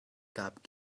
gab